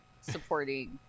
supporting